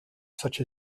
such